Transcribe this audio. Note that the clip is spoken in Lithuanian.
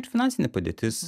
ir finansinė padėtis